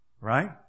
Right